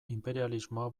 inperialismoa